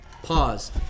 Pause